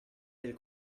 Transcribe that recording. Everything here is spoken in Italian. del